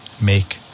make